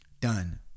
Done